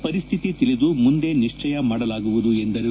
ಪರಿಸ್ಥಿತಿ ತಿಳಿದು ಮುಂದೆ ನಿಶ್ಲಯ ಮಾಡಲಾಗುವುದು ಎಂದರು